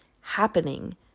happening